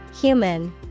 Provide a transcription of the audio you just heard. Human